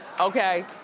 okay.